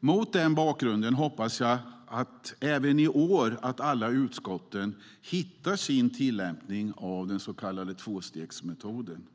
Mot den bakgrunden hoppas jag även i år att alla utskott hittar sin tillämpning av den så kallade tvåstegsmetoden.